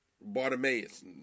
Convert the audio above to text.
Bartimaeus